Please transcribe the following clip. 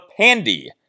pandy